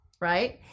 right